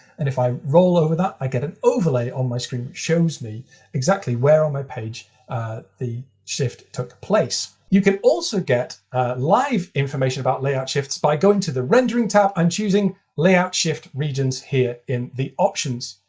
and if i roll over that, i get an overlay on my screen, shows me exactly where on my page the shift took place. you can also get live information about layout shifts by going to the rendering tab and choosing layout shift regions here in the options.